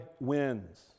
wins